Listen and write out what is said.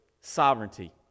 Sovereignty